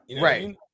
Right